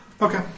Okay